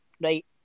right